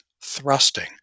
thrusting